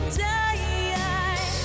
die